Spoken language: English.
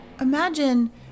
imagine